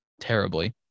terribly